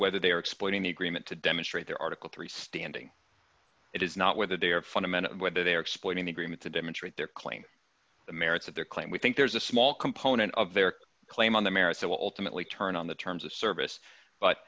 whether they are exploiting the agreement to demonstrate their article three standing it is not whether they are fundamental whether they are exploiting the agreement to demonstrate their claim the merits of their claim we think there's a small component of their claim on the merits they will ultimately turn on the terms of service but